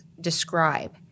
describe